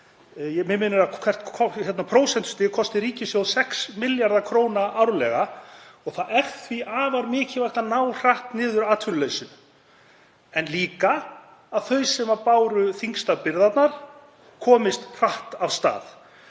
Mig minnir að hvert prósentustig kosti ríkissjóð 6 milljarða kr. árlega. Það er því afar mikilvægt að ná hratt niður atvinnuleysinu en líka að þau sem báru þyngstar byrðarnar komist hratt af stað.